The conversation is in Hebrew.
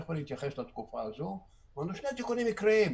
תיכף אני אתייחס לתקופה הזאת אמרנו: שני תיקונים עיקריים.